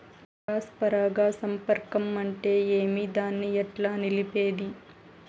Cross పరాగ సంపర్కం అంటే ఏమి? దాన్ని ఎట్లా నిలిపేది?